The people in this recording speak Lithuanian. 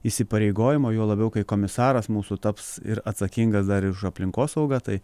įsipareigojimo juo labiau kai komisaras mūsų taps ir atsakingas dar ir už aplinkosaugą tai